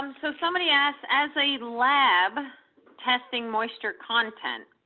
um so somebody asked as a lab testing moisture content.